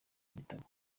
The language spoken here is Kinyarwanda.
igitabo